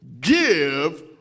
give